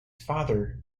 father